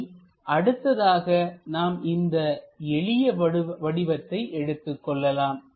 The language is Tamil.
இனி அடுத்ததாக நாம் இந்த எளிய வடிவத்தை எடுத்துக் கொள்ளலாம்